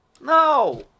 No